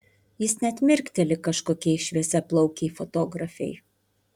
jis net mirkteli kažkokiai šviesiaplaukei fotografei